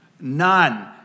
none